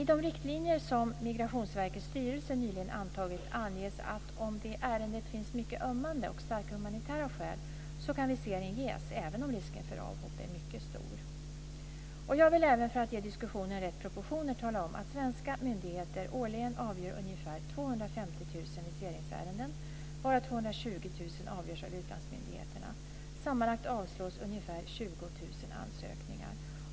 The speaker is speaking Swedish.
I de riktlinjer som Migrationsverkets styrelse nyligen antagit anges att om det i ärendet finns mycket ömmande och starka humanitära skäl så kan visum ges även om risken för avhopp är mycket stor. Jag vill även, för att ge diskussionen rätt proportioner, tala om att svenska myndigheter årligen avgör ungefär 250 000 viseringsärenden, varav 220 000 avgörs av utlandsmyndigheterna. Sammanlagt avslås ungefär 20 000 ansökningar.